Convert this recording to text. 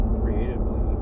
creatively